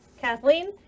Kathleen